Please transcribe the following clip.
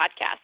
podcast